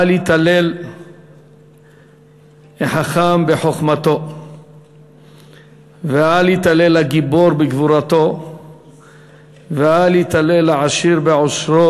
"אל יתהלל החכם בחכמתו ואל יתהלל הגיבור בגבורתו אל יתהלל העשיר בעשרו.